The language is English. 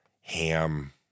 ham